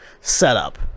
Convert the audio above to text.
setup